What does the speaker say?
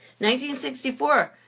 1964